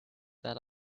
that